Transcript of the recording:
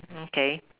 okay